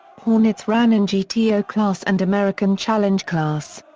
hornets ran in gto class and american challenge class.